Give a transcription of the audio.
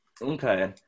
Okay